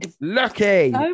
Lucky